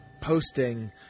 posting